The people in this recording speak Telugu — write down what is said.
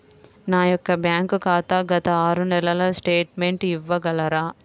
నా యొక్క బ్యాంక్ ఖాతా గత ఆరు నెలల స్టేట్మెంట్ ఇవ్వగలరా?